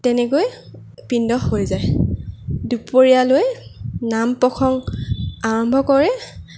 তেনেকৈ পিণ্ড হৈ যায় দুপৰীয়ালৈ নাম প্ৰসংগ আৰম্ভ কৰে